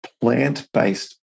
plant-based